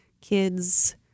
kids